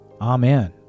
Amen